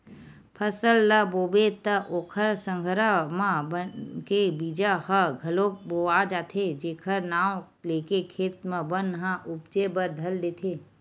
फसल ल बोबे त ओखर संघरा म बन के बीजा ह घलोक बोवा जाथे जेखर नांव लेके खेत म बन ह उपजे बर धर लेथे